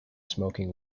smoking